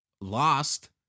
lost